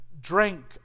drink